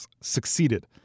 succeeded